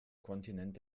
kontinent